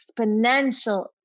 exponential